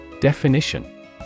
Definition